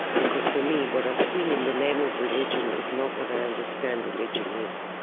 because, for me, what i've seen in the name of religion is not what i understand religion is.